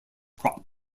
crop